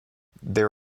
there